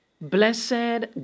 Blessed